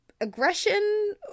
aggression